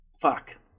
Fuck